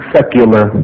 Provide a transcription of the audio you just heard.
Secular